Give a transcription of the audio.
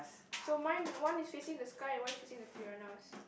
so mine one is facing the sky and one is facing the piranhas